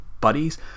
buddies